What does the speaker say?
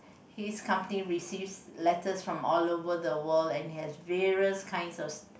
his company receives letters from all over the world and he has various kinds of